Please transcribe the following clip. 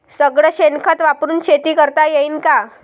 सगळं शेन खत वापरुन शेती करता येईन का?